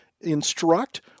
instruct